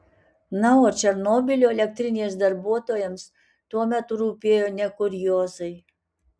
na o černobylio elektrinės darbuotojams tuo metu rūpėjo ne kuriozai